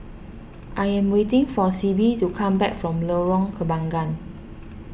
I am waiting for Sibbie to come back from Lorong Kembangan